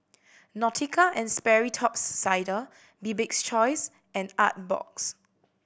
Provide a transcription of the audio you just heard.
Nautica and Sperry Top's Sider Bibik's Choice and Artbox